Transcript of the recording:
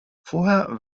vorher